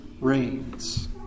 rains